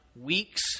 weeks